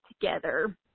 together